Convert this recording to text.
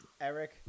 Eric